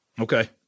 Okay